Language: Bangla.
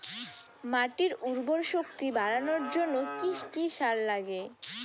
মাটির উর্বর শক্তি বাড়ানোর জন্য কি কি সার লাগে?